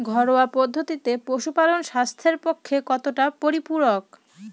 ঘরোয়া পদ্ধতিতে পশুপালন স্বাস্থ্যের পক্ষে কতটা পরিপূরক?